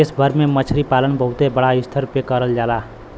देश भर में मछरी पालन बहुते बड़ा स्तर पे करल जाला